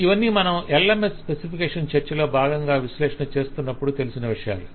ఇవన్నీ మనం LMS specification చర్చలో బాగంగా విశ్లేషణ చేస్తున్నప్పుడు తెలిసే విషయాలు